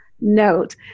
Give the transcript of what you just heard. note